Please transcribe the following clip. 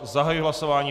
Zahajuji hlasování.